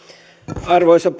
arvoisa